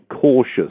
cautious